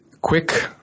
quick